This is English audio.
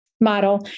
model